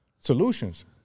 solutions